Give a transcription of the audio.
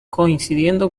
coincidiendo